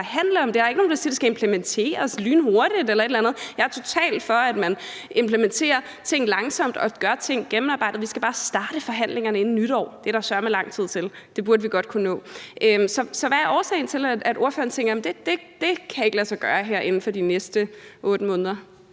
Der er ikke nogen, der siger, det skal implementeres lynhurtigt eller et eller andet. Jeg er totalt for, at man implementerer ting langsomt og gør ting gennemarbejdet. Vi skal bare starte forhandlingerne inden nytår. Det er der søreme lang tid til. Det burde vi godt kunne nå. Så hvad er årsagen til, at ordføreren tænker: Jamen det kan ikke lade sig gøre her inden for de næste 8 måneder